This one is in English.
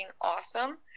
awesome